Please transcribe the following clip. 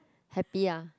happy ah